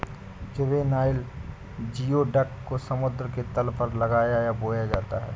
juvenile geoduck को समुद्र के तल पर लगाया है या बोया जाता है